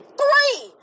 three